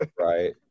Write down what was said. Right